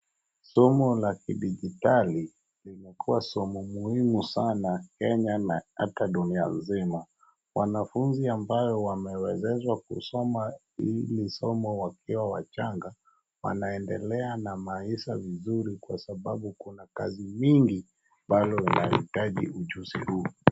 Somo la kijiditali limekuwa somo muhimu sana Kenya na hata dunia mzima. Wanafunzi ambaye wamewezeshwa kusoma hili somo wakiwa wachanga wanaendelea na maisha vizuri kwa sababu kuna kazi mingi bado inahitaji ujuzi huu.